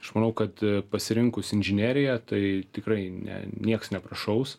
aš manau kad pasirinkus inžineriją tai tikrai ne nieks neprašaus